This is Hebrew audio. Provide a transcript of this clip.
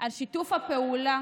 על שיתוף הפעולה.